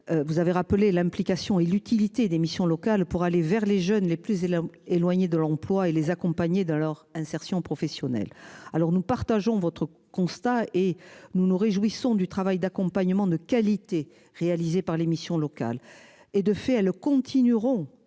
Vous avez rappelé l'implication et l'utilité des missions locales pour aller vers les jeunes les plus éloignés de l'emploi et les accompagner dans leur insertion professionnelle. Alors nous partageons votre constat et nous nous réjouissons du travail d'accompagnement de qualité réalisé par les missions locales et de fait elles continueront